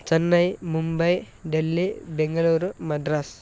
Chennai Mumbai Delhi Bengaluru Madras